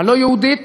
הלא-יהודית